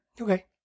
Okay